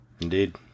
Indeed